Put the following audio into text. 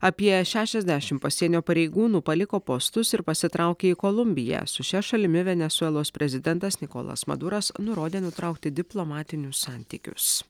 apie šešiasdešimt pasienio pareigūnų paliko postus ir pasitraukė į kolumbiją su šia šalimi venesuelos prezidentas nikolas maduras nurodė nutraukti diplomatinius santykius